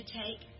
take